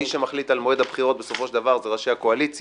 מי שמחליט על מועד הבחירות בסופו של דבר זה ראשי הקואליציה: